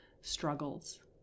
struggles